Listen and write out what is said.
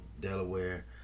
Delaware